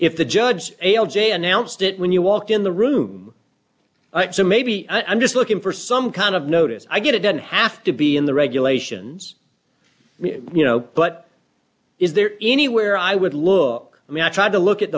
if the judge a l j announced it when you walked in the room so maybe i'm just looking for some kind of notice i get it doesn't have to be in the regulations i mean you know but is there anywhere i would look i mean i tried to look at